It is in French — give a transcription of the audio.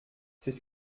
c’est